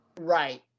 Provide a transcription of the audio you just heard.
Right